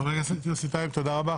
חבר הכנסת יוסי טייב, תודה רבה.